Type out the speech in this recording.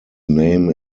name